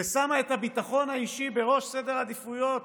ששמה את הביטחון האישי בראש סדר העדיפויות